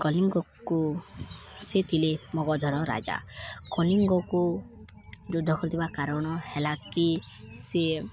କଲିଙ୍ଗକୁ ସେ ଥିଲେ ମଗଧର ରାଜା କଲିଙ୍ଗକୁ ଯୁଦ୍ଧ କରିଥିବା କାରଣ ହେଲା କି ସେ